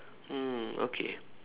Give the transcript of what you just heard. mm okay